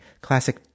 classic